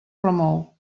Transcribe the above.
remou